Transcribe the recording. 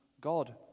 God